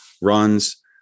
runs